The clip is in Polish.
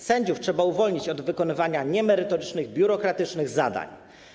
Sędziów trzeba uwolnić od wykonywania niemerytorycznych, biurokratycznych zadań.